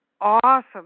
awesome